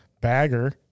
bagger